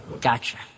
Gotcha